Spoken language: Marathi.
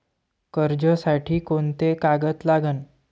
कर्जसाठी कोंते कागद लागन?